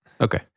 Okay